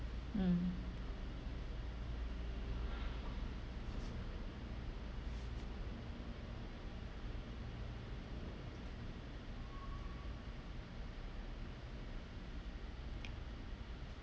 mm